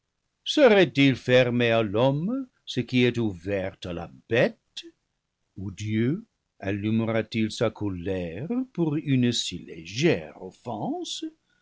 serait-il fermé à l'homme ce qui est ouvert à la bête ou dieu allumera t il sa colère pour une si légère offense